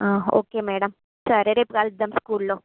ఒకే madam సరే రేపు కలుద్దాం స్కూల్లో